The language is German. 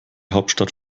hauptstadt